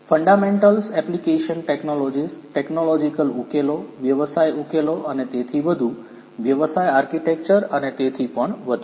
fundamentals applications technologies technological ઉકેલો વ્યવસાય ઉકેલો અને તેથી વધુ વ્યવસાય આર્કિટેક્ચર અને તેથી પણ વધુ